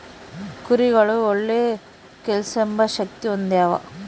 ಕುರಿಗುಳು ಒಳ್ಳೆ ಕೇಳ್ಸೆಂಬ ಶಕ್ತಿ ಹೊಂದ್ಯಾವ